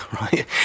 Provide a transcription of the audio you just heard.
right